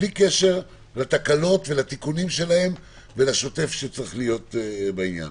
בלי קשר לתקלות ולתיקונים שלהם ולשוטף שצריך להיות בעניין.